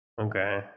Okay